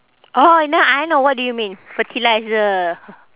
orh now I know what do you mean fertiliser